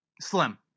Slim